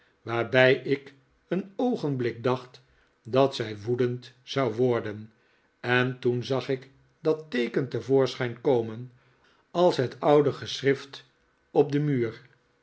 waarbij ik een dogenblik dacht dat zij woedend zou worden en toen zag ik dat teeken te voorschijn komen als het oude geschrift op den muur